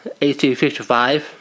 1855